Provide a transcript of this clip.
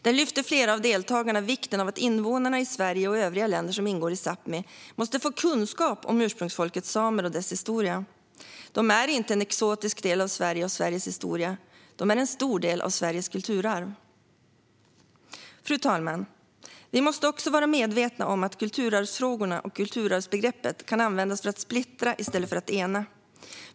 Där lyfte flera av deltagarna fram vikten av att invånarna i Sverige och övriga länder som ingår i Sápmi måste få kunskap om ursprungsfolket samer och deras historia. De är inte en exotisk del av Sverige och Sveriges historia. De är en stor del av Sveriges kulturarv. Fru talman! Vi måste också vara medvetna om att kulturarvsfrågorna och kulturarvsbegreppet kan användas för att splittra i stället för att ena.